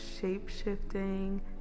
shape-shifting